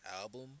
album